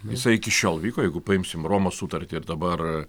jisai iki šiol vyko jeigu paimsim romos sutartį ir dabar